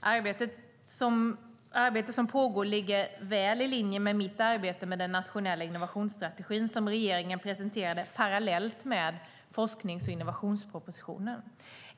Arbetet som pågår ligger väl i linje med mitt arbete med den nationella innovationsstrategin, som regeringen presenterade parallellt med forsknings och innovationspropositionen.